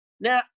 Now